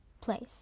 place